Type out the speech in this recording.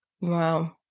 Wow